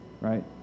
right